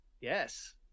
Yes